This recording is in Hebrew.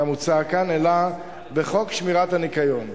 כמוצע כאן, אלא בחוק שמירת הניקיון.